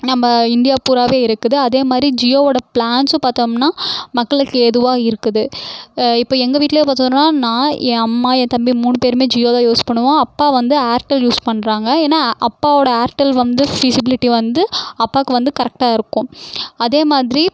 நம்ம இந்தியா பூராவே இருக்குது அதே மாதிரி ஜியோவோட பிளான்ஸும் பார்த்தோம்னா மக்களுக்கு ஏதுவாக இருக்குது இப்போது எங்கள் வீட்டில் பார்த்திங்கனா நான் என் அம்மா என் தம்பி மூணு பேருமே ஜியோ தான் யூஸ் பண்ணுவோம் அப்பா வந்து ஏர்டெல் யூஸ் பண்ணுறாங்க ஏன்னால் அப்பாவோட ஏர்டெல் வந்து ஃபிசிபிலிட்டி வந்து அப்பாவுக்கு வந்து கரேக்ட்டாக இருக்கும் அதே மாதிரி